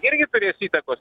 irgi turės įtakos